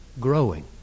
growing